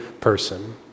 person